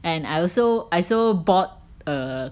and I also I also bought err